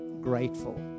grateful